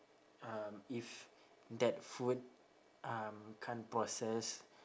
um if that food um can't process